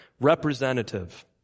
representative